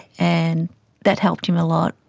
and that helped him a lot.